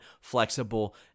flexible